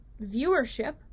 viewership